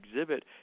exhibit